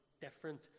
different